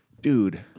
dude